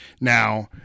Now